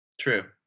True